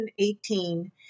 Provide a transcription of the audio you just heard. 2018